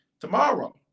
tomorrow